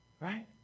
Right